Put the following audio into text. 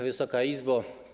Wysoka Izbo!